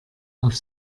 auf